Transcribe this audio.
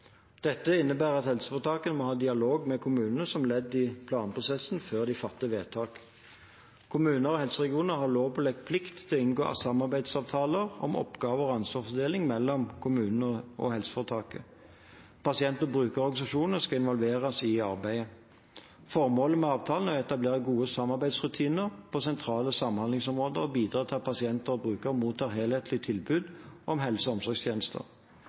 Dette innebærer at helseforetakene må ha dialog med kommunene som ledd i planprosessen, før de fatter vedtak. Kommuner og helseregioner har lovpålagt plikt til å inngå samarbeidsavtaler om oppgave- og ansvarsfordeling mellom kommunen og helseforetaket. Pasient- og brukerorganisasjoner skal involveres i arbeidet. Formålet med avtalene er å etablere gode samarbeidsrutiner på sentrale samhandlingsområder og bidra til at pasienter og brukere mottar helhetlige tilbud om helse- og omsorgstjenester.